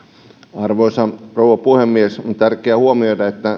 arvoisa rouva puhemies on tärkeää huomioida että